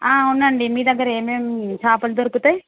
అవునండి మీ దగ్గర ఏమేమి చేపలు దొరుకుతాయి